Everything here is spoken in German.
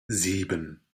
sieben